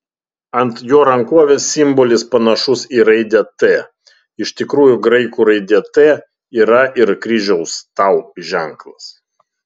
ant jo rankovės simbolis panašus į raidę t iš tikrųjų graikų raidė t yra ir kryžiaus tau ženklas